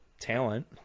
talent